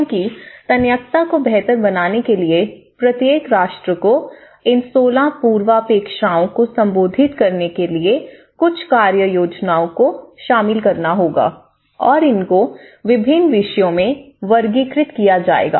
क्योंकि तन्यकता को बेहतर बनाने के लिए प्रत्येक राष्ट्र को इन 16 पूर्वापेक्षाओं को संबोधित करने के लिए कुछ कार्य योजनाओं को शामिल करना होगा और इनको विभिन्न विषयों में वर्गीकृत किया जाएगा